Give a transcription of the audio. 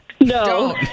No